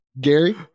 Gary